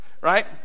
right